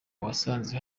wasanze